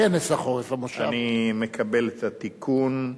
אני מקבל את התיקון.